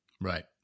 Right